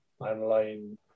online